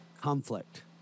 conflict